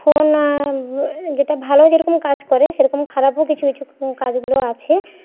phone যেটা ভালো যেরকম কাজ করে সেরকম খারাপও কিছু কিছু কাজগুলো আছে